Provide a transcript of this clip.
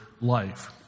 life